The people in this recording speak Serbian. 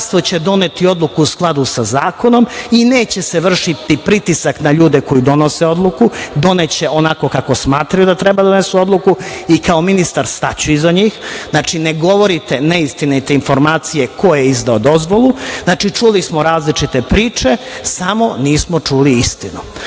ministarstvo će doneti odluku u skladu sa zakonom i neće se vršiti pritisak na ljude koji donose odluku, doneće onako kako smatraju da treba da donesu odluku i, kao ministar, staću iza njih. Znači, ne govorite neistinite informacije ko je izdao dozvolu. Znači, čuli smo različite priče, samo nismo čuli istinu. Prema